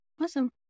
Awesome